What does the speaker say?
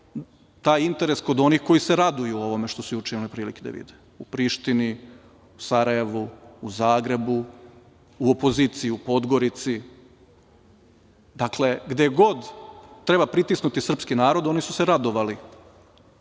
taj interes kod onih koji se raduju ovome što su juče imali prilike da vide – u Prištini, u Sarajevu, u Zagrebu, u opoziciji u Podgorici. Dakle, gde god treba pritisnuti srpski narod, oni su se radovali